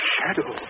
Shadow